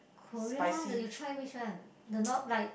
Korea one the you try which one the not like